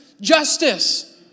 justice